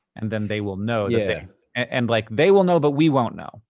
and then they will know. yeah and like, they will know, but we won't know,